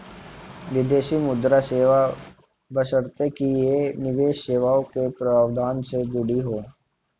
विदेशी मुद्रा सेवा बशर्ते कि ये निवेश सेवाओं के प्रावधान से जुड़ी हों